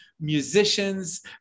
musicians